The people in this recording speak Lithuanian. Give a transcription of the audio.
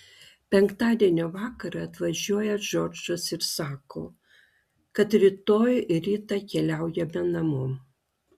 penktadienio vakarą atvažiuoja džordžas ir sako kad rytoj rytą keliaujame namo